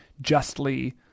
justly